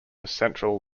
central